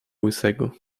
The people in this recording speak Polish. łysego